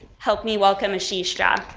help me welcome ashish jha.